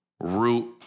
root